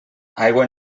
aigua